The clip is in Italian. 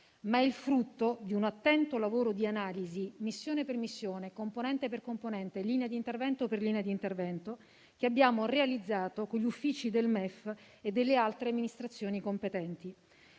ma è il frutto di un attento lavoro di analisi, missione per missione, componente per componente, linea di intervento per linea di intervento, che abbiamo realizzato con gli uffici del MEF e delle altre amministrazioni competenti.